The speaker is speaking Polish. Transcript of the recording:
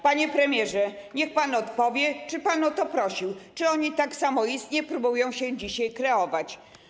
Panie premierze, niech pan odpowie, czy pan o to prosił, czy oni tak samoistnie próbują się dzisiaj kreować.